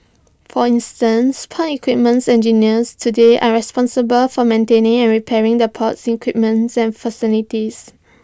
for instance port equipments engineers today are responsible for maintaining and repairing the port's equipments and facilities